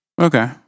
Okay